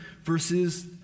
versus